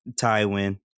Tywin